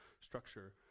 structure